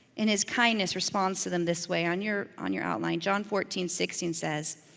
in his kindness, responds to them this way. on your on your outline, john fourteen sixteen says,